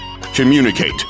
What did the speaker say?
Communicate